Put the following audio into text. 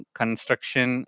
construction